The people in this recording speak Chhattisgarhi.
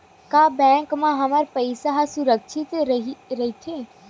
का बैंक म हमर पईसा ह सुरक्षित राइथे?